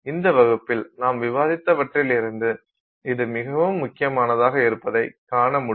இந்த வகுப்பில் நாம் விவாதித்தவற்றிலிருந்து இது மிகவும் முக்கியமானதாக இருப்பதை காண முடியும்